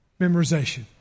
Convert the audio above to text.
Memorization